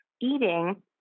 eating